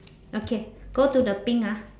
okay go to the pink ah